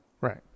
Right